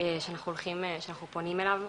שאנחנו פונים אליו.